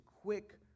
quick